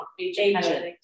agent